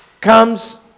comes